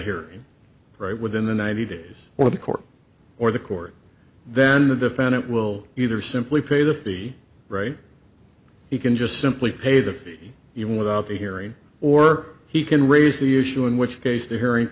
here right within the ninety days or the court or the court then the defendant will either simply pay the fee he can just simply pay the fee even without the hearing or he can raise the issue in which case the hearing